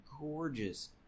gorgeous